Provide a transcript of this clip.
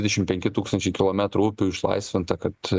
dvidešim penki tūkstančiai kilometrų upių išlaisvinta kad